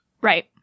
Right